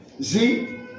See